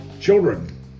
children